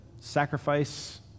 sacrifice